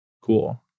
Cool